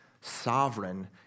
sovereign